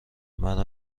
مرا